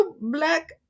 black